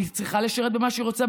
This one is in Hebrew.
היא צריכה לשרת במה שהיא רוצה,